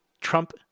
Trump